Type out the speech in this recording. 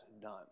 done